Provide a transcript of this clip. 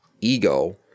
ego